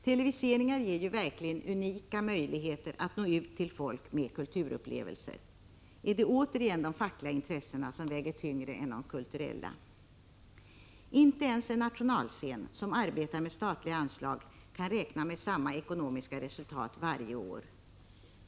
Televiseringar ger ju verkligen unika möjligheter att nå ut till folk med kulturupplevelser. Är det återigen så att de fackliga intressena väger tyngre än de kulturella? Inte ens en nationalscen som arbetar med statliga anslag kan räkna med samma ekonomiska resultat varje år.